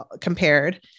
compared